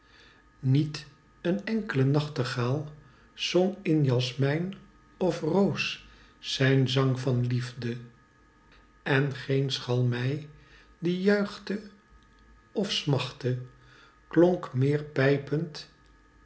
niet een enkle nachtegaal zong in jasmijn of roos zijn zang van liefde en geen schalmei diejuichte of smachtte klonk meer pijpend